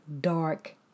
dark